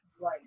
Right